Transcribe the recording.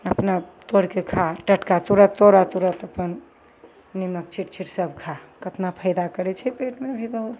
अपने तोड़िके खा टटका तुरन्त तोड़ऽ तुरन्त अपन निम्मक छिटि छिटि सभ खा कतना फायदा करै छै पेटमे भी बहुत